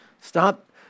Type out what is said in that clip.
Stop